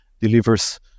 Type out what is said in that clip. delivers